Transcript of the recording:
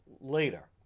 later